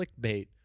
clickbait